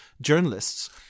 journalists